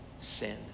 sin